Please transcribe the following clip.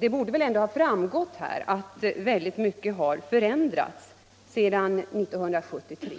Det borde ha framgått att mycket har förändrats sedan 1973.